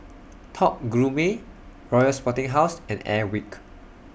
Top Gourmet Royal Sporting House and Airwick